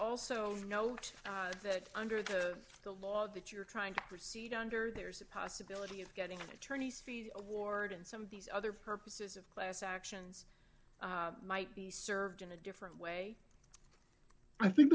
also note that under the the law that you're trying to proceed under there's a possibility of getting attorneys fees award and some of these other purposes of class actions might be served in a different way i think